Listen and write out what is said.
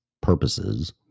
purposes